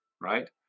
right